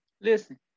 Listen